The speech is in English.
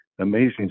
amazing